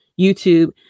YouTube